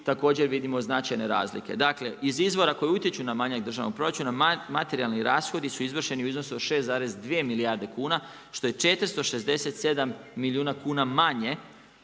također vidimo značajne razlike. Dakle iz izvora koje utječu na manjak državnog proračuna materijalni rashodi su izvršeni u iznosu od 6,2 milijarde kuna što je 467 milijuna kuna manje